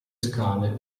scale